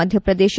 Madhya Pradesh